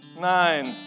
nine